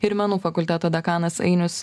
ir menų fakulteto dekanas ainius